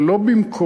זה לא במקום,